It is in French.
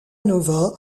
nova